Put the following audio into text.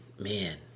man